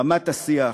רמת השיח,